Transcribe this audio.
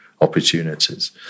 opportunities